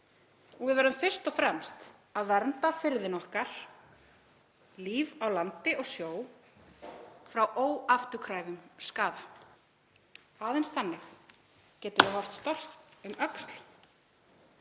við verðum fyrst og fremst að vernda firði okkar, líf á landi og sjó frá óafturkræfum skaða. Aðeins þannig getum við horft stolt um öxl